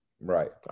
Right